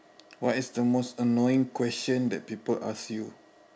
what is the most annoying question that people ask you